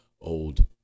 old